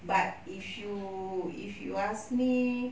but if you if you ask me